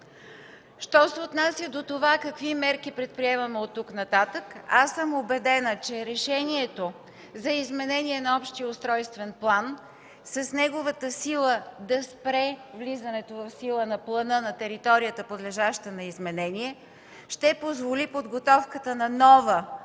Що се отнася до това какви мерки предприемаме от тук нататък, аз съм убедена, че решението за изменение на общия устройствен план, с неговата сила да спре влизането в сила на плана на територията, подлежаща на изменение, ще позволи подготовката на нова,